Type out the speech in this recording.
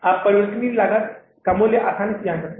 आप परिवर्तनीय लागत का मूल्य आसानी से जान सकते हैं